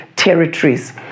territories